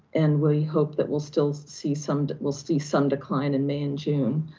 and we hope that we'll still see some, we'll see some decline in may and june.